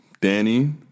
Danny